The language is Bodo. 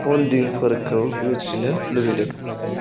हल्डिंफोरखौ मिथिनो लुबैदों